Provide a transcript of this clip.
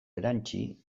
erantsi